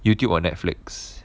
youtube or netflix